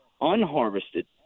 unharvested